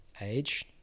age